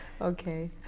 Okay